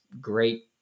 great